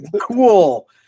cool